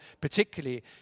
particularly